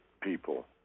people